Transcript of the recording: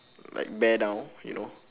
like bear down you know